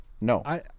No